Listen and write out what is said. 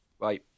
Bye